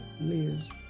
lives